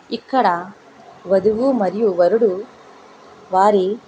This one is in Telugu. ఇక్కడ వధువు మరియు వరుడు వారి